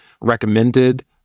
recommended